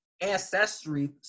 ancestry